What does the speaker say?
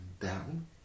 down